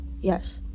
yes